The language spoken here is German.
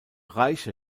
reiche